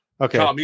Okay